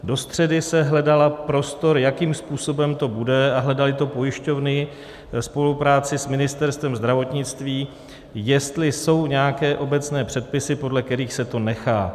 Do středy se hledal prostor, jakým způsobem to bude, a hledaly to pojišťovny ve spolupráci s Ministerstvem zdravotnictví, jestli jsou nějaké obecné předpisy, podle kterých se to nechá.